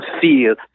feel